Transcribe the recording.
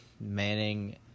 manning